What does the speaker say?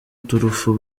turufu